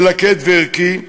מלכד וערכי,